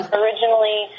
originally